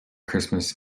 christmas